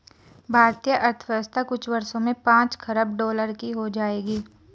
भारतीय अर्थव्यवस्था कुछ वर्षों में पांच खरब डॉलर की हो जाएगी